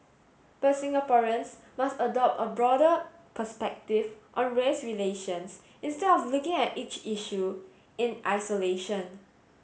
but Singaporeans must adopt a broader perspective on race relations instead of looking at each issue in isolation